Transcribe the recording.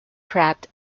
pratt